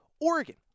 Oregon